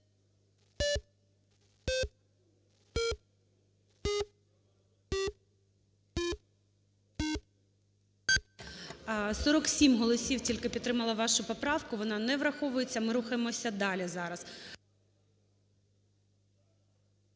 47 голосів тільки підтримало вашу поправку, вона не враховується. Ми рухаємося далі зараз.